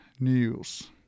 news